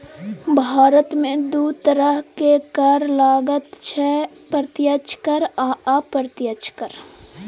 भारतमे दू तरहक कर लागैत छै प्रत्यक्ष कर आ अप्रत्यक्ष कर